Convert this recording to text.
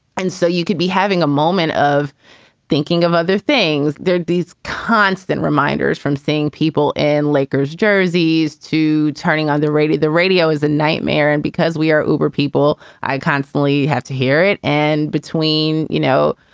and so you could be having a moment of thinking of other things. there are these constant reminders from seeing people and lakers jerseys to turning on the radio. the radio is a nightmare. and because we are uber people, i constantly have to hear it. and between, you know,